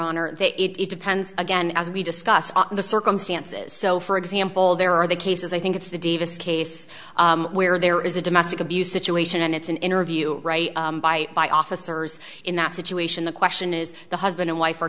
honor it depends again as we discuss the circumstances so for example there are the cases i think it's the davis case where there is a domestic abuse situation and it's an interview right by officers in that situation the question is the husband and wife are